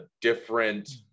different